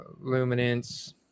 Luminance